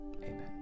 Amen